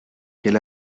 quel